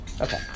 Okay